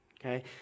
Okay